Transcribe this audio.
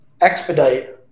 expedite